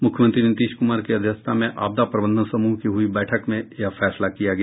मुख्यमंत्री नीतीश कुमार की अध्यक्षता में आपदा प्रबंधन समूह की हुई बैठक में यह फैसला किया गया